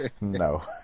No